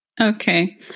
Okay